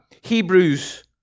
Hebrews